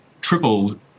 tripled